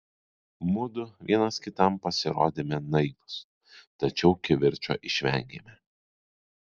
mudu vienas kitam pasirodėme naivūs tačiau kivirčo išvengėme